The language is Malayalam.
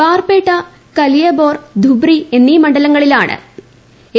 ബാർപേട്ട കലിയബോർ ധുബ്രി എന്നീ മണ്ഡലങ്ങളിലാണ് എ